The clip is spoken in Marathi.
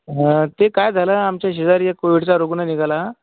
हं ते काय झालं आमच्या शेजारी एक कोविडचा रुग्ण निघाला